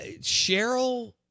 Cheryl